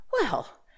Well